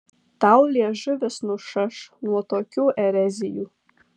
tau liežuvis nušaš nuo tokių erezijų